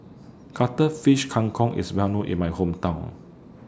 Cuttlefish Kang Kong IS Well known in My Hometown